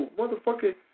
motherfucking